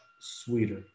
sweeter